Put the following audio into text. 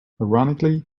ironically